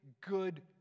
good